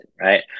Right